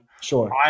Sure